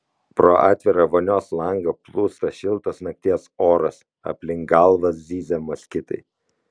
pro atvirą vonios langą plūsta šiltas nakties oras aplink galvą zyzia moskitai